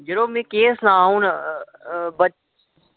जरो में केह् सनांऽ हून ब